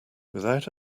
without